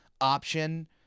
option